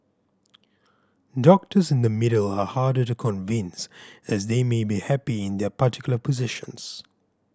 doctors in the middle are harder to convince as they may be happy in their particular positions